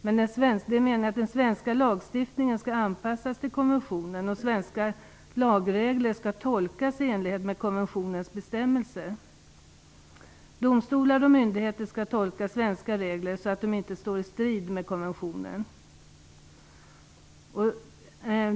Men det är meningen att den svenska lagstiftningen skall anpassas till konventionen, och svenska lagregler skall tolkas i enlighet med konventionens bestämmelser. Domstolar och myndigheter skall tolka svenska regler så att de inte står i strid med konventionen.